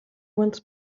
wants